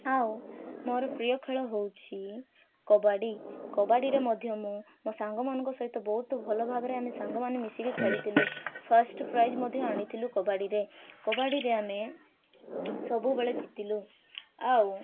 ଆଉ ମୋର ପ୍ରିୟ ଖେଳ ହେଉଛି କବାଡ଼ି କବାଡ଼ିରେ ମଧ୍ୟ ମୁଁ ମୋ ସାଙ୍ଗମାନଙ୍କ ସହିତ ବହୁତ ଭଲ ଭାବରେ ଆମେ ସାଙ୍ଗମାନେ ମିଶିକି ଖେଳିଥିଲୁ ଫାଷ୍ଟ ପ୍ରାଇଜ୍ ମଧ୍ୟ ଆଣିଥିଲୁ କବାଡ଼ିରେ କବାଡ଼ିରେ ଆମେ ସବୁବେଳେ ଜିତିଲୁ ଆଉ